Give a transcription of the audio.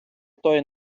той